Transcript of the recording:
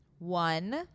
One